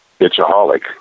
Bitchaholic